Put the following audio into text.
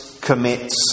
commits